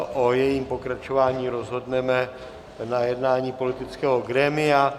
O jejím pokračování rozhodneme na jednání politického grémia.